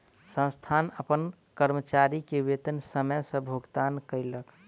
संस्थान अपन कर्मचारी के वेतन समय सॅ भुगतान कयलक